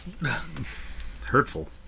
Hurtful